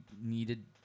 needed